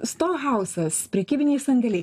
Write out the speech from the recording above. stohausas prekybiniais sandėliai